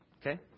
Okay